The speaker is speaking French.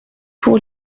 pour